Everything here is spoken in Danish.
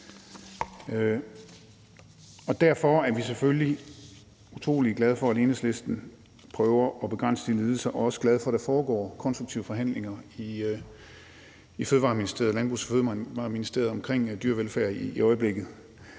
Derfor er vi selvfølgelig utrolig glade for, at Enhedslisten prøver at begrænse de lidelser, og også glade for, at der foregår konstruktive forhandlinger i Ministeriet for Fødevarer,